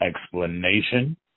explanation